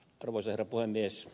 kannatan ed